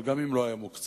אבל גם אם לא היה מוקצב,